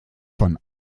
von